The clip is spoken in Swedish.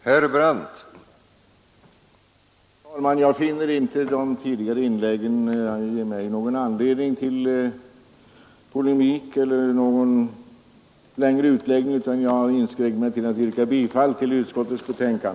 Herr talman! Jag finner inte att de tidigare inläggen ger mig någon anledning till polemik eller till någon längre utläggning, utan jag inskränker mig till att yrka bifall till utskottets hemställan.